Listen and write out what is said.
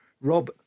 Rob